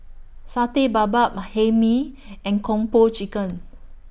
Satay Babat Ma Hae Mee and Kung Po Chicken